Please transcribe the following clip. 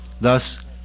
Thus